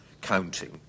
counting